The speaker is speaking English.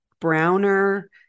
browner